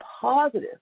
positive